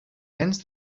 hence